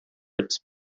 its